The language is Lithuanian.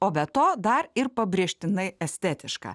o be to dar ir pabrėžtinai estetiška